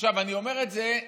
עכשיו אני אומר את זה,